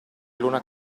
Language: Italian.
luna